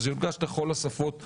שזה יונגש לכל השפות הרלוונטיות.